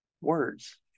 words